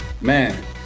Man